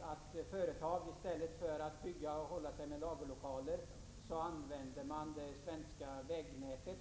att företag i stället för att bygga och hålla sig med lagerlokaler alltmer använder framför allt det svenska vägnätet, inte minst kring storstäderna.